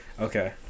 Okay